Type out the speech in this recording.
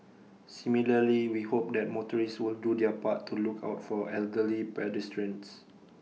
similarly we hope that motorists will do their part to look out for elderly pedestrians